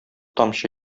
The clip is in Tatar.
тамчы